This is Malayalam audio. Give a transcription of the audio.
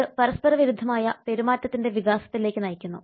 ഇത് പരസ്പരവിരുദ്ധമായ പെരുമാറ്റത്തിന്റെ വികാസത്തിലേക്ക് നയിക്കുന്നു